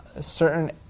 certain